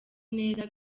neza